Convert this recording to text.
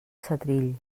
setrill